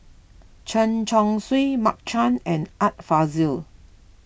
Chen Chong Swee Mark Chan and Art Fazil